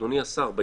אדוני השר,